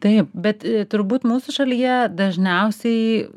taip bet turbūt mūsų šalyje dažniausiai